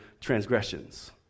transgressions